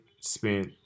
Spent